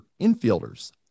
infielders